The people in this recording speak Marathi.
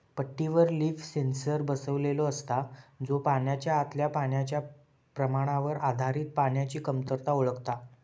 पट्टीवर लीफ सेन्सर बसवलेलो असता, जो पानाच्या आतल्या पाण्याच्या प्रमाणावर आधारित पाण्याची कमतरता ओळखता